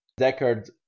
deckard